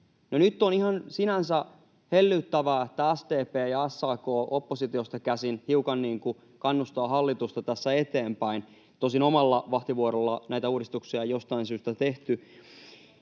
nyt on sinänsä ihan hellyttävää, että SDP ja SAK oppositiosta käsin hiukan kannustavat hallitusta tässä eteenpäin — tosin omalla vahtivuorolla näitä uudistuksia ei jostain syystä tehty.